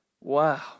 Wow